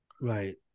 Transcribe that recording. Right